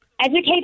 educated